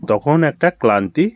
তখন একটা ক্লান্তি